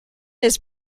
his